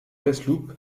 gresloup